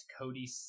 Cody